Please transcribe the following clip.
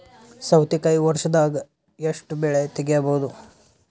ಸೌತಿಕಾಯಿ ವರ್ಷದಾಗ್ ಎಷ್ಟ್ ಬೆಳೆ ತೆಗೆಯಬಹುದು?